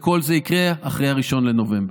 כל זה יקרה אחרי 1 בנובמבר.